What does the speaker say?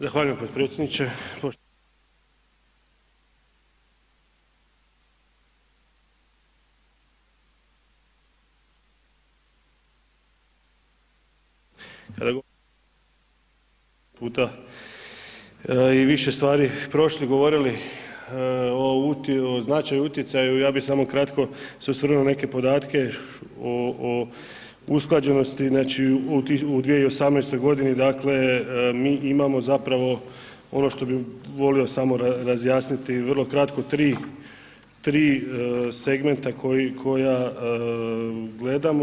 Zahvaljujem potpredsjedniče …/Govornik se isključio pa naknadno uključio./… puta i više stvari prošli, govorili o značaju, utjecaju, ja bih samo kratko se osvrnuo na neke podatke o usklađenosti znači u 2018. godini, dakle mi imamo zapravo ono što bih volio samo razjasniti, vrlo kratko 3 segmenta koja gledamo.